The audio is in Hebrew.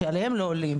שעליהן לא עולים.